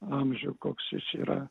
amžių koks jis yra